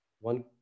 One